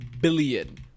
billion